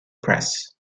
press